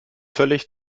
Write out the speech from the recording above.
völlig